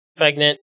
pregnant